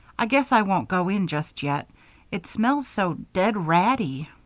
i guess i won't go in just yet it smells so dead-ratty.